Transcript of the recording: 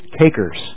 takers